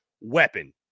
weapon